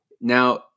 Now